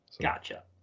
gotcha